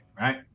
right